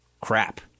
crap